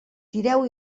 tireu